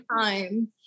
time